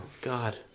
God